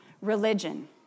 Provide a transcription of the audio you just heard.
religion